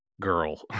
girl